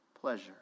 pleasure